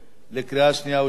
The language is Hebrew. קריאה שנייה ושלישית.